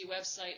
website